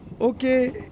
okay